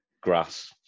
grass